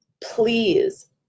please